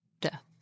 death